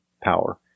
power